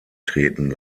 treten